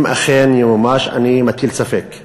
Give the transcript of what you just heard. אם אכן ימומש, אני מטיל ספק.